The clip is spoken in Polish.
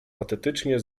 patetycznie